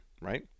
right